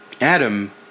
Adam